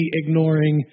ignoring